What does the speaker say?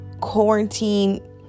quarantine